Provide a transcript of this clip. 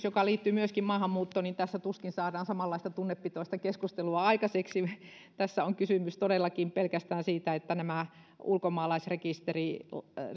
joka liittyi myöskin maahanmuuttoon tästä tuskin saadaan samanlaista tunnepitoista keskustelua aikaiseksi tässä on kysymys todellakin pelkästään siitä että nämä ulkomaalaisrekisteristä